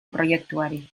proiektuari